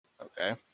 Okay